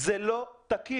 זה לא תקין,